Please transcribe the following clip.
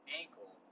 ankle